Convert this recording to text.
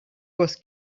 was